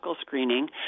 screening